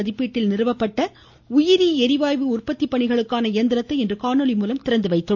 மதிப்பீட்டில் நிறுவப்பட்டுள்ள உயிரி ளிவாயு உற்பத்தி பணிகளுக்கான இயந்திரத்தை இன்று காணொலி மூலம் திறந்துவைத்தார்